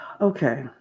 Okay